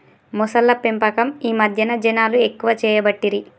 మొసళ్ల పెంపకం ఈ మధ్యన జనాలు ఎక్కువ చేయబట్టిరి